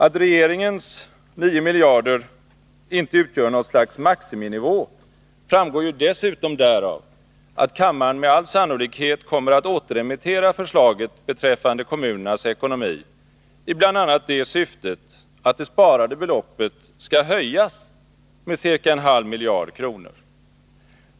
Att regeringens 9 miljarder inte utgör något slags maximinivå framgår ju dessutom därav att kammaren med all sannolikhet kommer att återremittera förslaget beträffande kommunernas ekonomi i bl.a. det syftet att det sparade beloppet skall höjas med ca en halv miljard kronor.